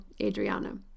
Adriana